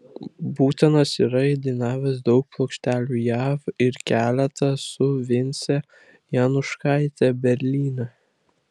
būtėnas yra įdainavęs daug plokštelių jav ir keletą su vince januškaite berlyne